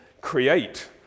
create